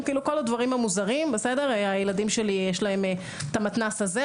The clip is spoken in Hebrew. כל הדברים המוזרים לילדים שלי יש את המתנ"ס הזה,